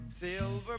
Silver